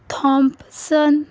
Thompson